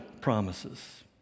promises